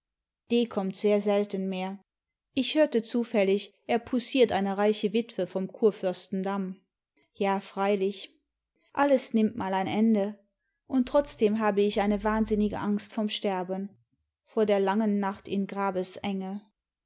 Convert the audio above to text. d kommt sehr selten mehr ich hörte zufällig er poussiert eine reiche witwe vom kurfürstendamm ja freilich alles nimmt mal ein ende und trotzdem habe ich eine wahnsinnige angst vorm sterben vor der langen nacht in grabesenge